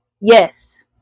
Yes